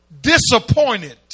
disappointed